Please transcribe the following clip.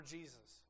Jesus